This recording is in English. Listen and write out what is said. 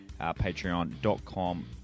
patreon.com